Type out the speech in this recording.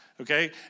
okay